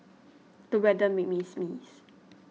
the weather made me sneeze